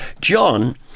John